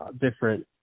different